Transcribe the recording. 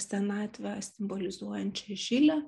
senatvę simbolizuojančią žilę